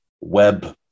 web